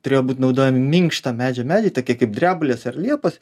turėjo būt naudojam minkšto medžio medžiai tokie kaip drebulės ar liepos